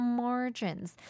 margins